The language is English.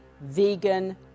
vegan